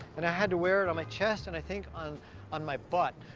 and i had to wear it on my chest and i think on on my butt.